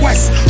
West